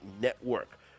network